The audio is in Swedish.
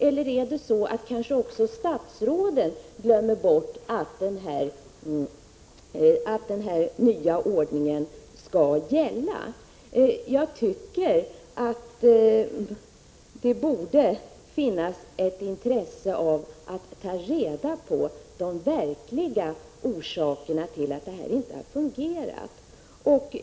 Eller glömmer kanske också statsråden bort att den här nya ordningen skall gälla? Jag tycker det borde finnas ett intresse av att ta reda på de verkliga orsakerna till att den här ordningen inte har fungerat.